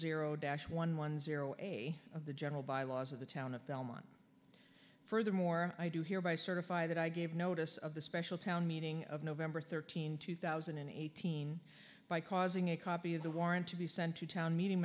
zero dash one one zero a of the general bylaws of the town at belmont furthermore i do hereby certify that i gave notice of the special town meeting of nov thirteenth two thousand and eighteen by causing a copy of the warrant to be sent to town meeting